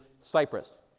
Cyprus